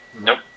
nope